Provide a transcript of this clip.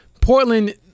Portland